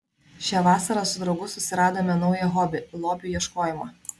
šią vasarą su draugu susiradome naują hobį lobių ieškojimą